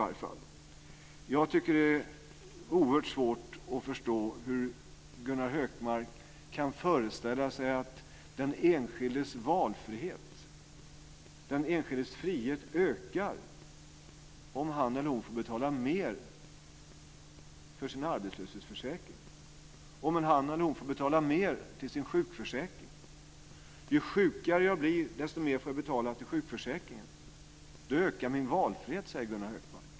Det är oerhört svårt att förstå hur Gunnar Hökmark kan föreställa sig att den enskildes valfrihet, den enskildes frihet, ökar om han eller hon får betala mer för sin arbetslöshetsförsäkring, om han eller hon får betala mer till sin sjukförsäkring. Ju sjukare jag blir, desto mer får jag betala till sjukförsäkringen. Då ökar min valfrihet, säger Gunnar Hökmark.